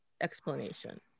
explanation